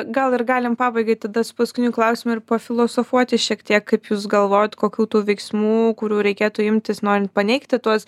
gal ir galim pabaigai tada su paskutiniu klausimu ir pafilosofuoti šiek tiek kaip jūs galvojat kokių tų veiksmų kurių reikėtų imtis norint paneigti tuos